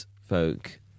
folk